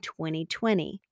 2020